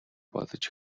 бодож